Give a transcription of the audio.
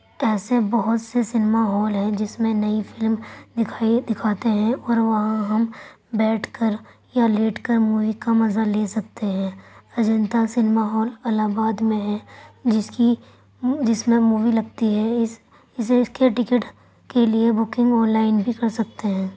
ایسے بہت سے سنیما ہال ہیں جس میں نئی فلم دکھائی دکھاتے ہیں اور وہاں ہم بیٹھ کر یا لیٹ کر مووی کا مزہ لے سکتے ہیں Ajanta cinema hall Allahabad میں ہے جس کی جس میں مووی لگتی ہے اِس اِسے اِس کے ٹکٹ کے لیے بکنگ آن لائن بھی کر سکتے ہیں